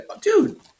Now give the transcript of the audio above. Dude